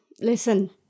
Listen